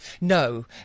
No